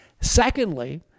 Secondly